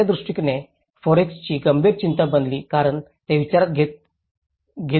शहराच्या दृष्टीने फॉरेकची गंभीर चिंता बनली कारण हे विचारात येत नाही